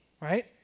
right